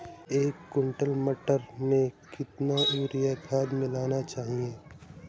एक कुंटल मटर में कितना यूरिया खाद मिलाना चाहिए?